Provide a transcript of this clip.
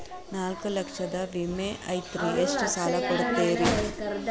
ನಾಲ್ಕು ಲಕ್ಷದ ವಿಮೆ ಐತ್ರಿ ಎಷ್ಟ ಸಾಲ ಕೊಡ್ತೇರಿ?